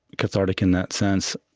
cathartic in that sense,